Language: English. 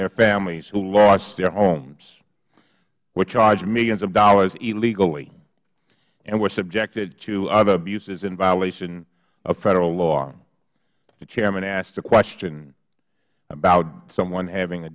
their families who lost their homes were charged millions of dollars illegally and were subjected to other abuses in violation of federal law the chairman asked a question about someone having a